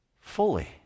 fully